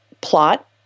plot